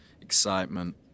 excitement